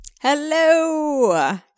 Hello